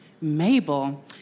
Mabel